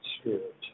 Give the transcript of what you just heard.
spirit